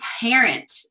parent